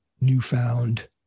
newfound